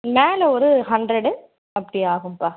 மேலே ஒரு ஹண்ரடு அப்படி ஆகும்ப்பா